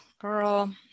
Girl